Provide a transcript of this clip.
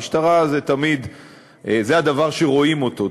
המשטרה, זה הדבר שרואים אותו.